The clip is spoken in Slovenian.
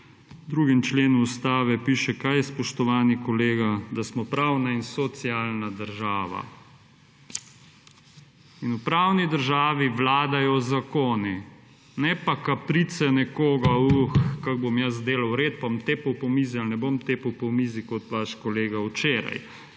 V 2. členu Ustave piše – kaj, spoštovani kolega? – da smo pravna in socialna država. In v pravni državi vladajo zakoni. Ne pa kaprica nekoga, uhh, kako bom jaz delal red, pa bom tepel po mizi ali ne bom tepel po mizi, kot vaš kolega včeraj.